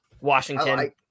Washington